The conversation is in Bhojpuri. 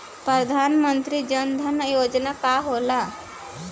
प्रधानमंत्री जन धन योजना का होला?